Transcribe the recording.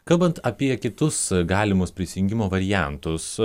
kalbant apie kitus galimus prisijungimo variantus